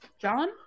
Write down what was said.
John